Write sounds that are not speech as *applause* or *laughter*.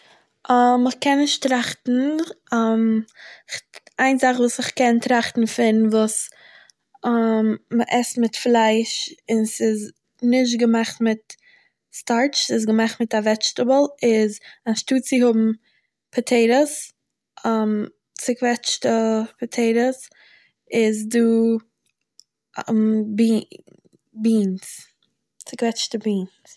*hesitation* איך קען נישט טראכטן, *hesitation* איין זאך וואס איך קען טראכטן פון וואס *hesitation* מ'עסט מיט פלייש, און ס'איז נישט געמאכט מיט סטארטש ס'איז געמאכט מיט א וועטשטעבול איז אנשטאטס צו האבן פאטעיטאס *hesitation* צוקוועטשטע פאטעיטאס איז דא *hesitation* בי... בינס, צוקוועטשטע בינס.